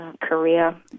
Korea